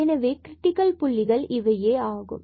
எனவே இவை க்ரிட்டிக்கல் புள்ளிகள் ஆகும்